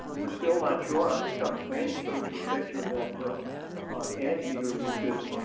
we're still not sure i think dr. baines showed you a picture of that anteater which is,